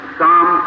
Psalm